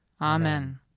Amen